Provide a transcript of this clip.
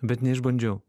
bet neišbandžiau